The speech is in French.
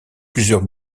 plusieurs